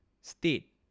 state